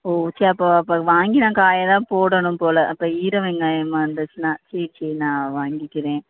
ஓ சரி அப்போ அப்போ வாங்கி நான் காயைதான் போடணும் போல் அப்போ ஈர வெங்காயமா இருந்துச்சுன்னா சரி சரி நான் வாங்கிக்கிறேன்